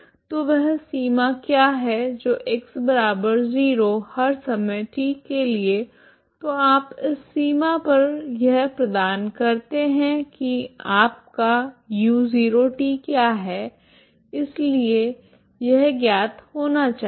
तो वह सीमा क्या है जो x 0 हर समय t के लिए तो आप इस सीमा पर यह प्रदान करते हैं कि आपका u0t क्या है इसलिए यह ज्ञात होना चाहिए